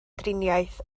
driniaeth